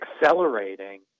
accelerating